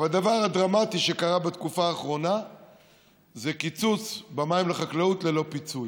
אבל הדבר הדרמטי שקרה בתקופה האחרונה זה קיצוץ במים לחקלאות ללא פיצוי.